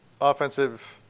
offensive